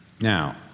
now